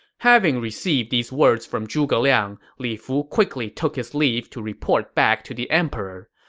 having received these words from zhuge liang, li fu quickly took his leave to report back to the emperor.